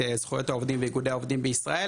זכויות העובדים ואיגודי העובדים בישראל,